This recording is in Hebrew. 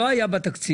לא היה בתקציב